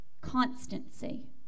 constancy